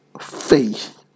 faith